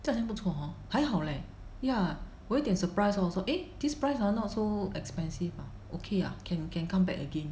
真的不错 hor 还好 leh ya 我有一点 surprise also eh this price are not so expensive lah okay lah can can come back again